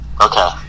Okay